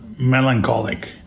melancholic